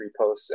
reposts